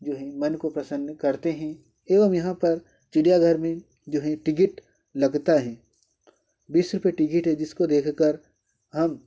यूं ही मन को प्रसन्न करते हैं एवं यहाँ पर चिड़ियाघर में जो है टिकिट लगता है बीस रुपए टिकिट है जिसको देख कर हम